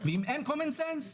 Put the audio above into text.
ואם אין קומן סנס,